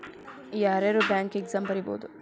ಯಾರ್ಯಾರ್ bank exam ಬರಿಬೋದು